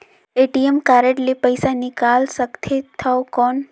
ATM card ले पइसा निकाल सकथे थव कौन?